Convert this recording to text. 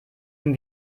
dem